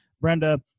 Brenda